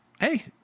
Hey